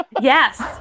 Yes